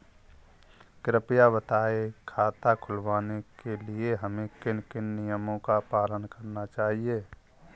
कृपया बताएँ खाता खुलवाने के लिए हमें किन किन नियमों का पालन करना चाहिए?